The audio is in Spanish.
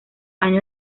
años